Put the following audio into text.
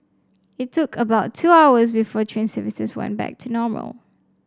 it took about two hours before train services went back to normal